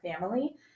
family